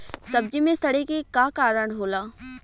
सब्जी में सड़े के का कारण होला?